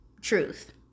truth